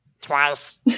Twice